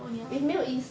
oh ya